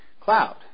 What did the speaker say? cloud